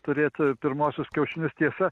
turėti pirmuosius kiaušinius tiesa